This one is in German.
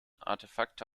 artefakte